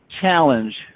challenge